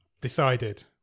Decided